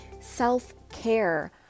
self-care